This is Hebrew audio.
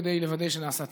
כדי לוודא שנעשה צדק,